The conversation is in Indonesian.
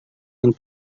yang